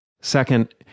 Second